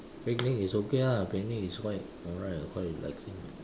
picnic is okay ah picnic is quite alright quite relaxing